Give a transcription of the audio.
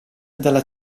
dalla